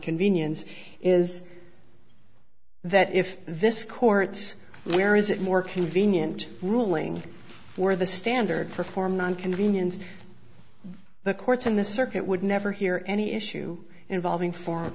convenience is that if this courts where is it more convenient ruling for the standard performed on convenience the courts in the circuit would never hear any issue involving for